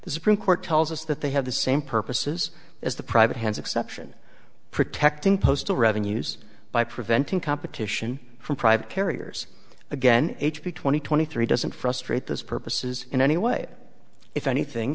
the supreme court tells us that they have the same purposes as the private hands exception protecting postal revenues by preventing competition from private carriers again h b twenty twenty three doesn't frustrate this purposes in any way if anything